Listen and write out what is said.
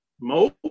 Mo